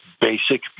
basic